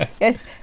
Yes